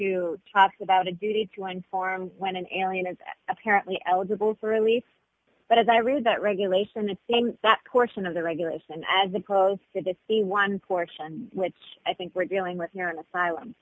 dollars talks about a duty to inform when an alien is apparently eligible for relief but as i read that regulation it seems that portion of the regulation as opposed to the c one portion which i think we're dealing with here in asylum